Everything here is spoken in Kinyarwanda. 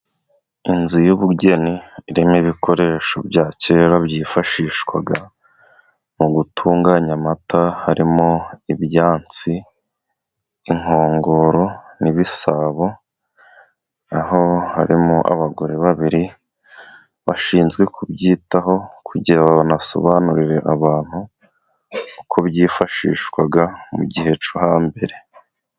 Inzu y'ubugeni irimo ibikoresho bya kera byifashishwaga mu gutunganya amata, harimo ibyansi, inkongoro n'ibisabo, aho harimo abagore babiri bashinzwe kubyitaho kugira ngo banasobanurire abantu uko byifashishwaga mu gihe cyo hambere.